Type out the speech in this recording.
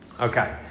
Okay